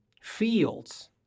fields